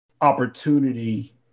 opportunity